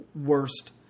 worst